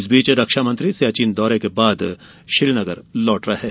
इस बीच रक्षामंत्री सियाचिन दौरे के बाद श्रीनगर लौट रहे हैं